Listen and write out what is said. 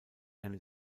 einer